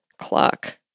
clock